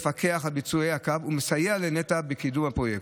מפקח על ביצועי הקו ומסייע לנת"ע בקידום הפרויקט.